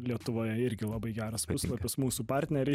lietuvoje irgi labai geras puslapis mūsų partneriai